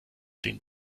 den